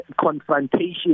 confrontation